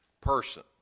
person